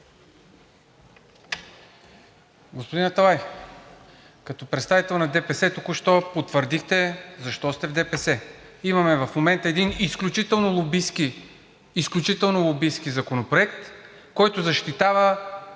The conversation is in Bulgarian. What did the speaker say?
Господин Аталай, като представител на ДПС току-що потвърдихте защо сте в ДПС. Имаме в момента един изключително лобистки – изключително лобистки законопроект, който защитава